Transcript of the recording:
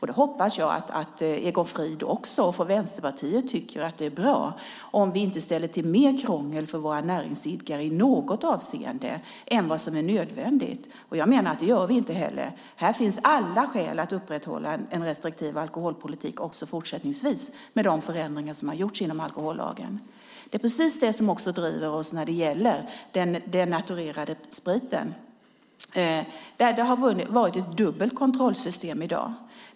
Jag hoppas att Egon Frid och Vänsterpartiet också tycker att det är bra om vi inte ställer till mer krångel för våra näringsidkare i något avseende än vad som är nödvändigt. Jag menar att vi inte gör det. Med de förändringar som har gjorts av alkohollagen finns det alla skäl att upprätthålla en restriktiv alkoholpolitik även fortsättningsvis. Det är det som driver oss också när det gäller den denaturerade spriten. Där har vi ett dubbelt kontrollsystem i dag.